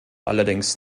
allerdings